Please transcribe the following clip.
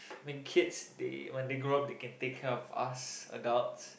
make kids they when they grow up they can take care of us adults